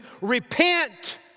repent